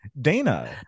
Dana